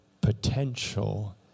potential